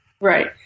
Right